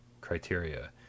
criteria